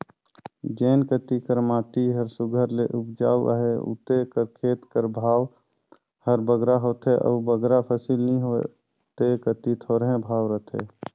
जेन कती कर माटी हर सुग्घर ले उपजउ अहे उते कर खेत कर भाव हर बगरा होथे अउ बगरा फसिल नी होए ते कती थोरहें भाव रहथे